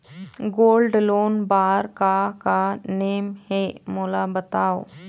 Gold loan बार का का नेम हे, मोला बताव?